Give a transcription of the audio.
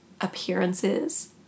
appearances